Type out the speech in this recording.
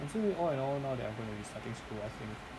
and so all in all now that I'm gonna be starting school I think